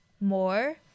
more